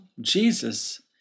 Jesus